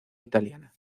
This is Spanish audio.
italiana